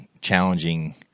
challenging